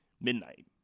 midnight